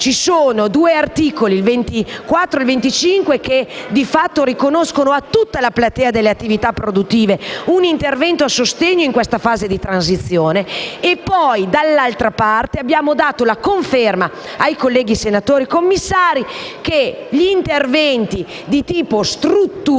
Ci sono due articoli, il 24 e il 25, che - di fatto - riconoscono a tutta la platea delle attività produttive un intervento di sostegno in questa fase di produzione ed abbiamo dato la conferma ai colleghi senatori commissari che gli interventi di tipo strutturale